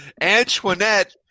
Antoinette